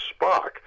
Spock